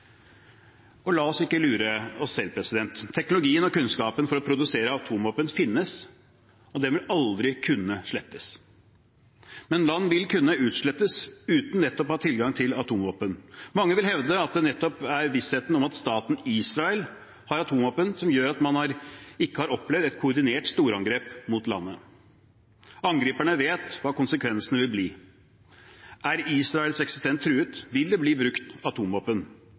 La oss ikke lure oss selv. Teknologien og kunnskapen som skal til for å produsere atomvåpen, finnes, og den vil aldri kunne slettes. Men land vil kunne utslettes uten å ha tilgang til atomvåpen. Mange vil hevde at det nettopp er vissheten om at staten Israel har atomvåpen, som gjør at man ikke har opplevd et koordinert storangrep på landet. Angriperne vet hva konsekvensene vil bli – er Israels eksistens truet, vil det bli brukt